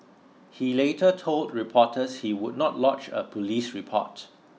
he later told reporters he would not lodge a police report